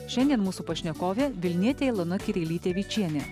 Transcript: šiandien mūsų pašnekovė vilnietė ilona kirilytė vičienė